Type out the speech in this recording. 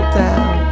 down